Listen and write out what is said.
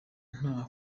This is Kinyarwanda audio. nta